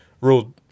ruled